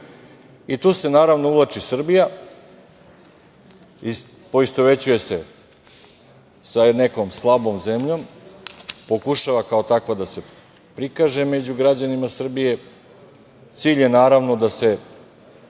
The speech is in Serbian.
Tu se, naravno uvlači Srbija, poistovećuje se sa nekom slabom zemljom, pokušava, kao takva da se prikaže među građanima Srbije. Cilj je, naravno da se